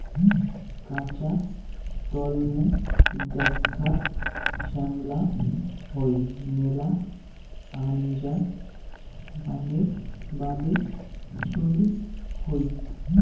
কাঁচা তলমু দ্যাখ্যাত শ্যামলা হই মেলা আনজা বানের বাদে চইল হই